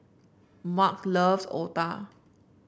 Marge loves otah